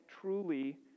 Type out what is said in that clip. truly